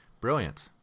brilliant